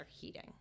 heating